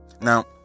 Now